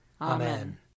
Amen